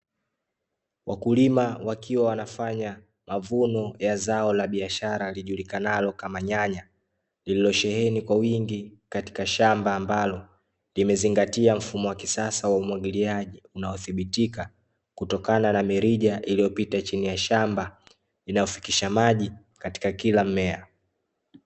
Wakulima wakiwa wanafanya mavuno ya zao la biashara lijulikanalo kama nyanya, lililosheheni kwa wingi katika shamba ambalo limezingatia mfumo wa kisasa wa umwagiliaji, unaothibitika kutokana na mirija iliyopita chini ya shamba inayofikisha maji katika kila mmea.